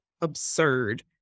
absurd